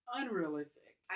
unrealistic